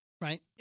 Right